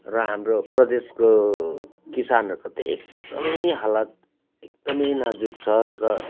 र हाम्रो प्रदेशको किसानहरूको त्यही एकदमै हालत एकदमै नाजुक छ र